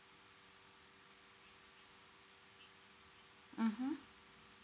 mmhmm